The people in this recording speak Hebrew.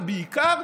ובעיקר,